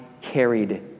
carried